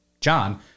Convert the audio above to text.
John